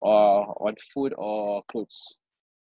or on food or clothes